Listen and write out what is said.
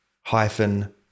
hyphen